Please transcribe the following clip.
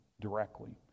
directly